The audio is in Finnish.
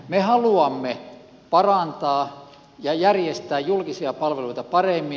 me haluamme parantaa ja järjestää julkisia palveluita paremmin